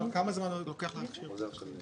כמה זמן לוקח להכשיר פקחים?